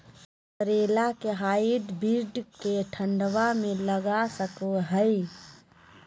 करेला के हाइब्रिड के ठंडवा मे लगा सकय हैय?